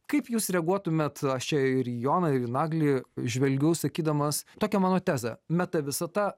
kaip jūs reaguotumėt aš čia ir į joną ir į naglį žvelgiu sakydamas tokia mano tezė meta visata